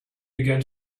began